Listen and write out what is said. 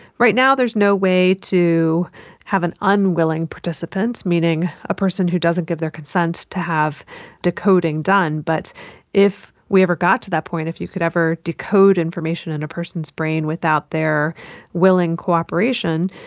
right now there is no way to have an unwilling participant, meaning a person who doesn't give their consent to have decoding done. but if we ever got to that point, if you could ever decode information in a person's brain without their willing cooperation,